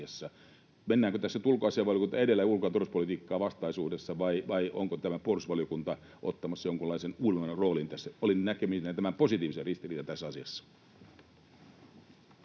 Mennäänkö tässä nyt ulkoasiainvaliokunta edellä ulko- ja turvallisuuspolitiikkaan vastaisuudessa, vai onko puolustusvaliokunta ottamassa jonkunlaisen uudemman roolin tässä? Olin näkevinäni tämän positiivisen ristiriidan tässä asiassa.